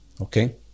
Okay